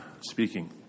speaking